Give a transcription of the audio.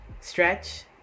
stretch